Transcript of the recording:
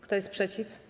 Kto jest przeciw?